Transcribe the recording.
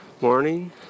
morning